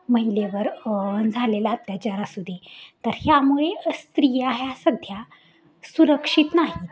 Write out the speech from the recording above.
महिलेवर झालेला अत्याचार असू दे तर ह्यामुळे स्त्रिया ह्या सध्या सुरक्षित नाहीत